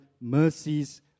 mercies